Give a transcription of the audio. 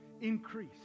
increase